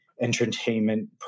entertainment